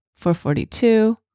442